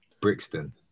Brixton